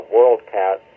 WorldCat